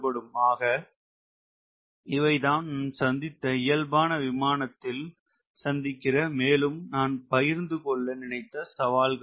ஆக இவைதான் நாம் சந்தித்த இயல்பான விமானத்தில் சந்திக்கின்ற மேலும் நான் பகிர்ந்துகொள்ள நினைத்த சவால்கள் ஆகும்